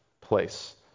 place